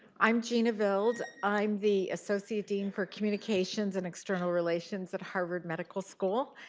i'm gina vild. i'm the associate dean for communications and external relations at harvard medical school.